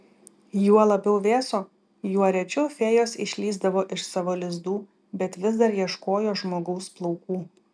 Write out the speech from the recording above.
juo labiau vėso juo rečiau fėjos išlįsdavo iš savo lizdų bet vis dar ieškojo žmogaus plaukų